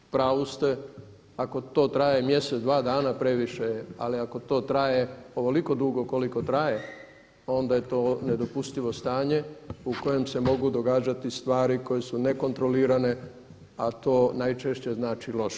U pravu ste ako to traje mjesec, dva dana previše je, ali ako to traje ovoliko dugo koliko traje onda je to nedopustivo stanje u kojem se mogu događati stvari koje su nekontrolirane a to najčešće znači loše.